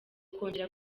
kongera